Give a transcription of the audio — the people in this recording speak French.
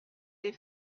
des